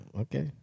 Okay